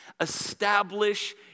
establish